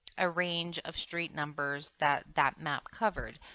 a range of street numbers that that map covered.